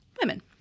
women